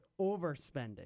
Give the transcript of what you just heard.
overspending